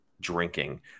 drinking